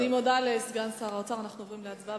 אנחנו עוברים להצבעה.